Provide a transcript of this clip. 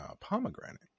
pomegranate